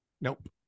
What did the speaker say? Nope